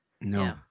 No